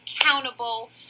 accountable